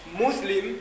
Muslim